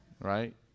right